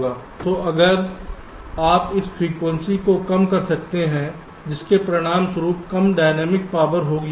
तो अगर आप उस फ्रीक्वेंसी को कम कर सकते हैं जिसके परिणामस्वरूप कम डायनेमिक पावर होगी